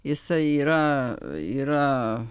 jisai yra yra